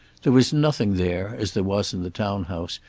there was nothing there, as there was in the town house,